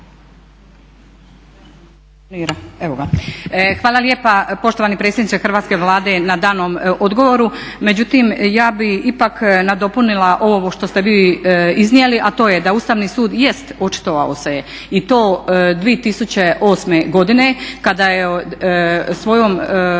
Hvala lijepa poštovani predsjedniče hrvatske Vlade na danom odgovoru. Međutim, ja bih ipak nadopunila ovo što ste vi iznijeli, a to je da Ustavni sud jest očitovao se je i to 2008. godine kada je svojom direktivom